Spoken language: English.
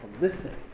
listen